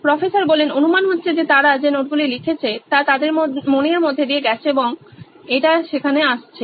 professor অনুমান হচ্ছে যে তারা যে নোটগুলি লিখেছে তা তাদের মনের মধ্যে দিয়ে গেছে এবং এটি সেখানে আসছে